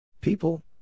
People